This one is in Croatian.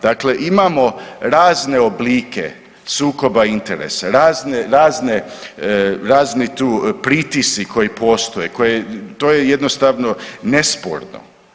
Dakle, imamo razne oblike sukoba interesa, razne, razne, razni tu pritisci koji postoje, to je jednostavno nesporno.